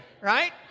right